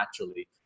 naturally